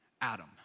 Adam